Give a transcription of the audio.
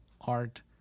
art